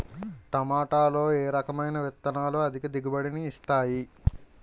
టమాటాలో ఏ రకమైన విత్తనాలు అధిక దిగుబడిని ఇస్తాయి